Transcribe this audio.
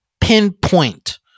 pinpoint